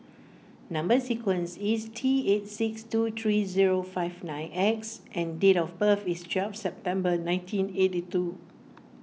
Number Sequence is T eight six two three zero five nine X and date of birth is twelve September nineteen eighty two